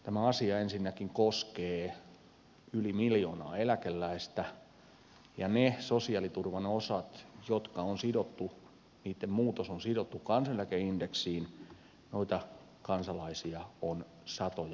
tämä asia ensinnäkin koskee yli miljoonaa eläkeläistä ja huomioiden ne sosiaaliturvan osat joitten muutos on sidottu kansaneläkeindeksiin noita kansalaisia on satojatuhansia